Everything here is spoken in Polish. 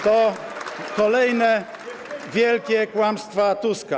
To kolejne wielkie kłamstwa Tuska.